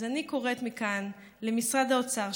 אז אני קוראת מכאן למשרד האוצר,